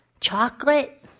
chocolate